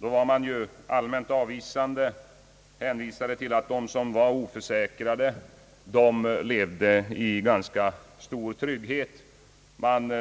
Då var socialdemokratin allmänt avvisande och hänvisade till att de som var oförsäkrade levde i relativt stor trygghet. Man